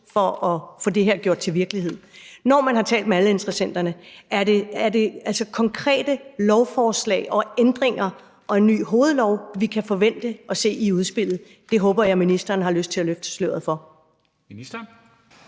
for at få det her gjort til virkelighed. Når man har talt med alle interessenterne, er det så konkrete lovforslag og ændringer og en ny hovedlov, vi kan forvente at se i udspillet? Det håber jeg ministeren har lyst til at løfte sløret for.